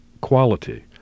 quality